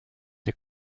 des